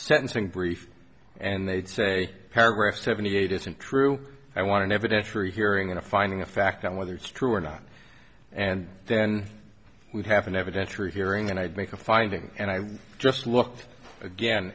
sentencing brief and they'd say paragraph seventy eight isn't true i want an evidence for a hearing in a finding of fact on whether it's true or not and then we'd have an evidentiary hearing and i'd make a finding and i just looked again